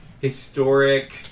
historic